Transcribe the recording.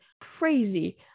crazy